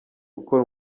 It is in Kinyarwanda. gukora